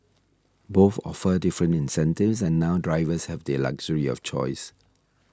both offer different incentives and now drivers have the luxury of choice